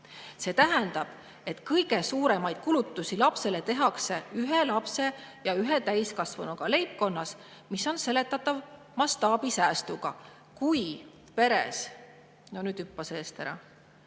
See tähendab, et kõige suuremaid kulutusi lapsele tehakse ühe lapse ja ühe täiskasvanuga leibkonnas, mis on seletatav mastaabisäästuga. Kui peres